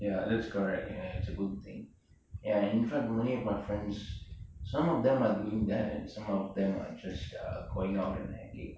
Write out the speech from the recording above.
ya that's correct and it's a good thing ya in fact many of my friends some of them are doing that and some of them are just are going out and hanging